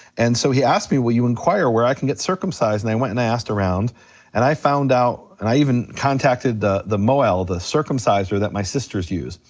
and so he asked me, will you inquire where i can get circumcised, and i went and i asked around and i found out, and i even contacted the the mohel, the circumciser that my sisters use.